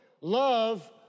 Love